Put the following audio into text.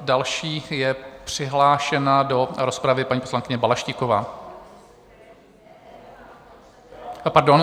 Další je přihlášena do rozpravy poslankyně Balaštíková, Pardon.